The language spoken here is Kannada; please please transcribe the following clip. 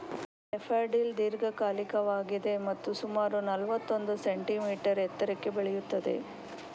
ಡ್ಯಾಫಡಿಲ್ ದೀರ್ಘಕಾಲಿಕವಾಗಿದೆ ಮತ್ತು ಸುಮಾರು ನಲ್ವತ್ತೊಂದು ಸೆಂಟಿಮೀಟರ್ ಎತ್ತರಕ್ಕೆ ಬೆಳೆಯುತ್ತದೆ